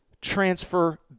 transfer